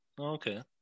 Okay